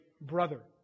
brother